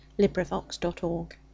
LibriVox.org